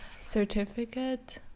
certificate